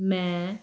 ਮੈਂ